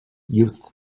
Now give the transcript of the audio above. youth